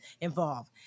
involved